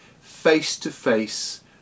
face-to-face